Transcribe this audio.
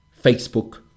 facebook